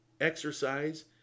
exercise